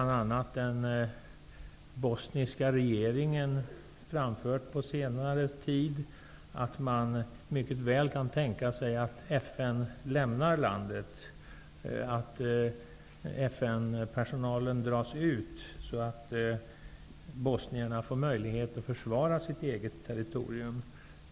Den bosniska regeringen har framfört på senare tid att man mycket väl kan tänka sig att FN lämnar landet, att FN-personalen dras tillbaka, så att bosnierna får möjlighet att försvara sitt eget territorium.